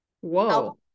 Whoa